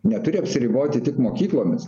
neturi apsiriboti tik mokyklomis